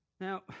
Now